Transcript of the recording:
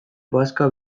bazka